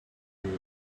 juice